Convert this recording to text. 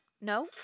No